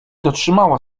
dotrzymała